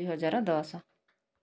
ଦୁଇହଜାର ଦଶ